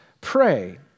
pray